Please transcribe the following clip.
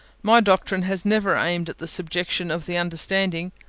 my doctrine has never aimed at the subjection of the understanding.